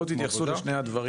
אז בואו תתייחסו לשני דברים,